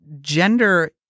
gender